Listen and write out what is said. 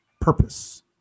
purpose